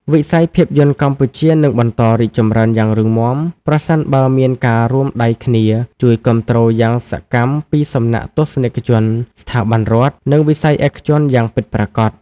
វិស័យភាពយន្តកម្ពុជានឹងបន្តរីកចម្រើនយ៉ាងរឹងមាំ ប្រសិនបើមានការរួមដៃគ្នាជួយគាំទ្រយ៉ាងសកម្មពីសំណាក់ទស្សនិកជន ស្ថាប័នរដ្ឋ និងវិស័យឯកជនយ៉ាងពិតប្រាកដ។